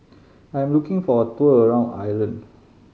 I am looking for a tour around Ireland